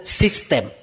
system